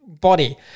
body